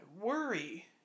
worry